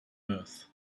earth